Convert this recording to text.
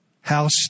house